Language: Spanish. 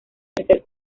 tercer